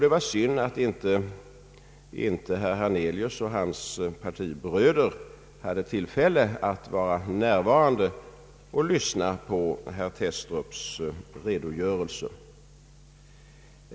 Det var synd att inte herr Hernelius och hans partibröder hade tillfälle att vara närvarande och lyssna på herr Thestrups redogörelse.